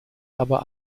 aber